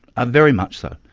ah very much so.